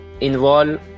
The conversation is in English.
involve